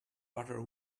butter